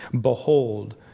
Behold